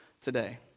today